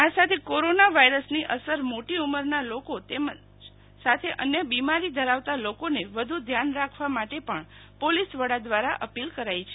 આ સાથે કોરોના વાયરસની અસર મોટી ઉંમરના લોકો તેમજ સાથે અન્ય બિમારી ધરાવતા લોકોને વધુ ધ્યાન રાખવા માટે પણ પોલીસ વડા દ્વારા અપીલ કરાઈ છે